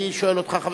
אני שואל אותך,